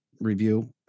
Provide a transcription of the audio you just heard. review